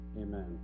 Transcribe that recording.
amen